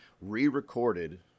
re-recorded